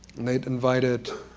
they invited